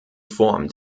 form